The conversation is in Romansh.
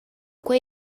quei